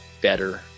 better